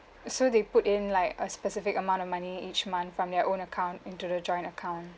so they put in like a specific amount of money each month from their own account into the joint account